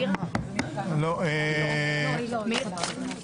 לישראל וסיעת דרך ארץ להתפלג נתקבלה.